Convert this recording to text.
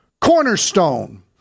cornerstone